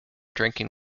drinking